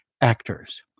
actors